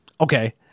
okay